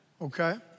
okay